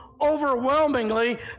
overwhelmingly